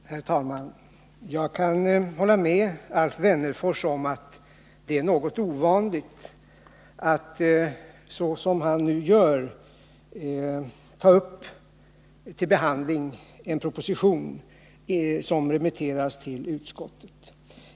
Herr talman! Jag kan hålla med Alf Wennerfors om att det är något ovanligt att, såsom han nu gör, ta upp till behandling en proposition som remitteras till utskott.